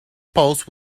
post